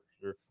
sure